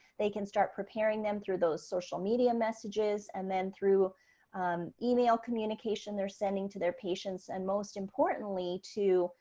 they can start preparing them through those social media messages and then through email communication they're sending to their patients. and most importantly to.